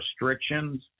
restrictions